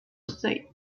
ste